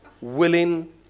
Willing